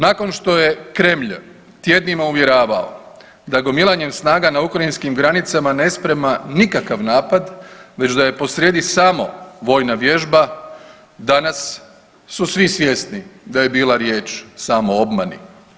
Nakon što je Kremlj tjednima uvjeravao da gomilanjem snaga na ukrajinskim granicama ne sprema nikakav napad već da je posrijedi samo vojna vježba danas su svi svjesni da je bila riječ samo o obmani.